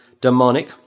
demonic